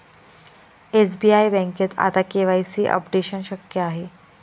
SBI बँकेत आता KYC updation शक्य आहे